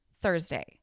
Thursday